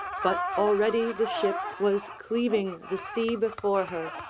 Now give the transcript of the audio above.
but already the ship was cleaving the sea before her,